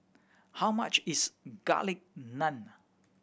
how much is Garlic Naan